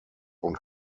und